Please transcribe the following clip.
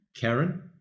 Karen